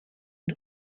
une